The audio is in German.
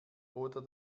oder